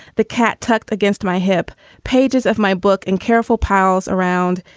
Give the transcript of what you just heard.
the cat tucked against my hip pages of my book and careful powells around.